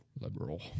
liberal